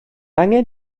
angen